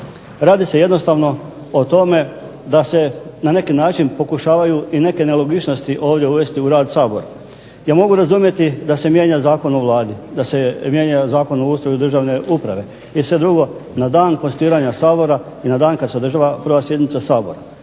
Radi se jednostavno o tome da se na neki način pokušavaju i neke nelogičnosti ovdje uvesti u rad Sabora. Ja mogu razumjeti da se mijenja Zakon o Vladi, da se mijenja Zakon o ustroju državne uprave na dan konstituiranja Sabora, na dan kada se održava prva sjednica Sabora,